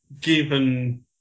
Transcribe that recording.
Given